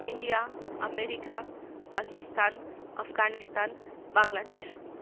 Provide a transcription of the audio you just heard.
India America Pakistan Afghanistan Bangladesh